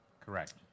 Correct